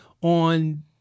on